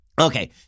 Okay